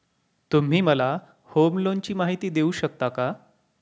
तुम्ही मला होम लोनची माहिती देऊ शकता का?